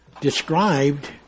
described